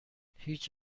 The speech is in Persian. هیچ